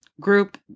group